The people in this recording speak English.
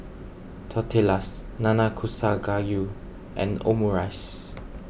Tortillas Nanakusa Gayu and Omurice